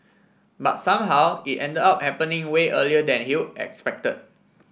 but somehow it end up happening way earlier than you expected